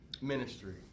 ministry